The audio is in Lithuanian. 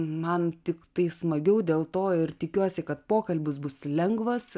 man tiktai smagiau dėl to ir tikiuosi kad pokalbis bus lengvas